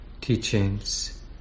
teachings